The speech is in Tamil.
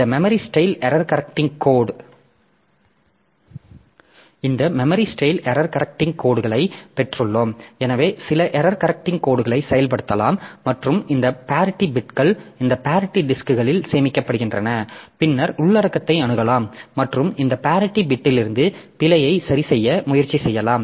இந்த மெமரி ஸ்டைல் ஏரர் கரெக்ட்டிங் கோட்களை பெற்றுள்ளோம் எனவே சில ஏரர் கரெக்ட்டிங் கோட்களை செயல்படுத்தலாம் மற்றும் இந்த பேரிட்டி பிட்கள் இந்த பேரிட்டி டிஸ்க்களில் சேமிக்கப்படுகின்றன பின்னர் உள்ளடக்கத்தை அணுகலாம் மற்றும் இந்த பேரிட்டி பிட்டிலிருந்து பிழையை சரிசெய்ய முயற்சி செய்யலாம்